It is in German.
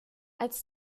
als